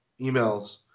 emails